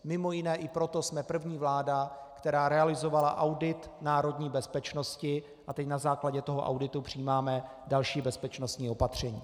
Mimo jiné i proto jsme první vláda, která realizovala audit národní bezpečnosti, a teď na základě toho auditu přijímáme další bezpečností opatření.